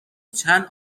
چند